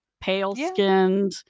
pale-skinned